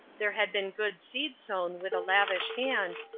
there had been good seed sown with a lavish hand,